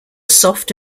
soft